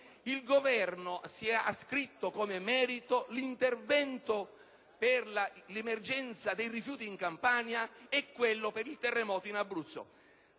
Il Governo si è ascritto come merito l'intervento per l'emergenza dei rifiuti in Campania e quello per il terremoto in Abruzzo.